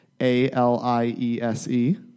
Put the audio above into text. A-L-I-E-S-E